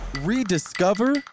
rediscover